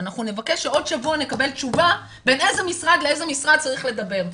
שאנחנו נבקש שעוד שבוע נקבל תשובה בין איזה משרד לאיזה משרד צריך לדבר.